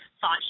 thought